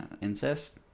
Incest